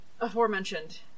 aforementioned